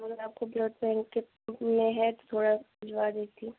अगर आपके blood bank के में है तो थोड़ा दिलवा दीजिए